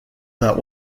that